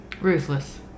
Ruthless